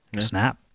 snap